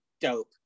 dope